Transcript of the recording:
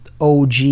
OG